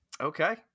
Okay